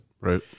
right